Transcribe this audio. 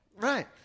Right